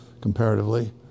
comparatively